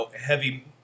heavy